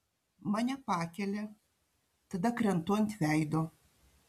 mane pakelia tada krentu ant veido